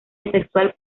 asexual